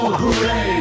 hooray